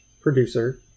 producer